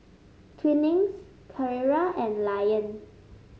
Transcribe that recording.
Twinings Carrera and Lion